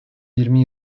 yirmi